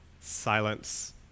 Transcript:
Silence